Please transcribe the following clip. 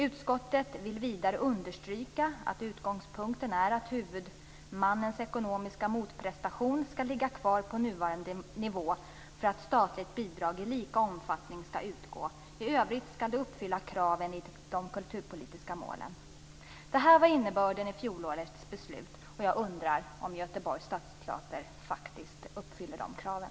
Utskottet vill vidare understryka att utgångspunkten är att huvudmannens ekonomiska motprestation skall ligga kvar på nuvarande nivå för att statligt bidrag i lika omfattning skall utgå. I övrigt skall kraven i de kulturpolitiska målen uppfyllas. Det här var innebörden i fjolårets beslut, och jag undrar om Göteborgs stadsteater faktiskt uppfyller de kraven.